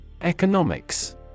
Economics